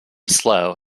slow